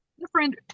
different